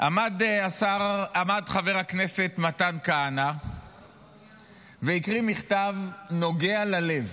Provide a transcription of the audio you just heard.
עמד חבר הכנסת מתן כהנא והקריא מכתב נוגע ללב